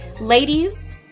Ladies